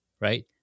right